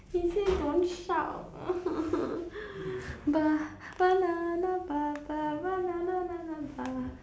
he said don't shout